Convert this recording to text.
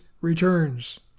returns